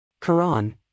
Quran